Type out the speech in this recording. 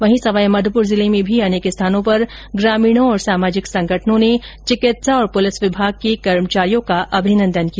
वहीं सवाईमाधोपुर जिले में भी अनेक स्थानों पर ग्रामीणों और सामाजिक संगठनों ने चिकित्सा और पुलिस विभाग के कर्मचारियों का अभिनंदन किया